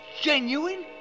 genuine